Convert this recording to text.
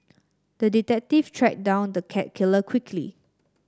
the detective tracked down the cat killer quickly